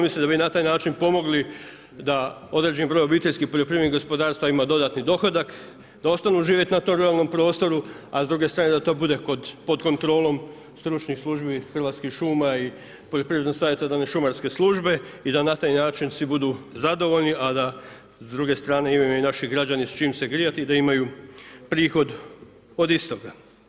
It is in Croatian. Mislim da bi na taj način pomogli da određeni broj obiteljskih poljoprivrednih gospodarstava ima dodatni dohodak, da ostanu živjeti na tom ruralnom prostoru, a s druge strane da to bude pod kontrolom stručnih službi hrvatskih šuma i poljoprivredno-savjetodavne šumarske službe i da na taj način svi budu zadovoljni, a da s druge strane imaju i naši građani s čim se grijati i da imaju prihod od istoga.